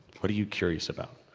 what are you curious about?